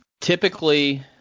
typically